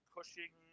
Cushing